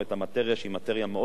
שהיא מאטריה מאוד מורכבת,